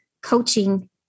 coaching